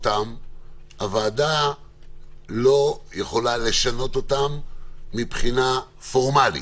הוועדה לא יכולה לשנות אותן מבחינה פורמלית.